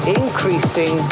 increasing